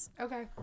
Okay